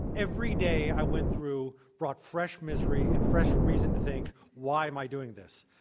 every day i went through brought fresh misery and fresh reason to think why am i doing this,